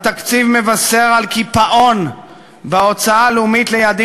התקציב מבשר קיפאון בהוצאה הלאומית ליעדים